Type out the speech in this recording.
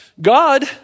God